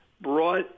brought